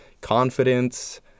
confidence